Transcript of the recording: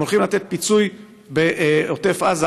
אם הולכים לתת פיצוי בעוטף עזה,